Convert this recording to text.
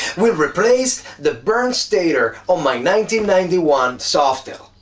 we'll replace the burned stator on my ninety ninety one softail.